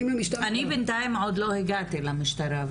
אני בינתיים עוד לא הגעתי למשטרה,